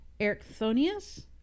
Ericthonius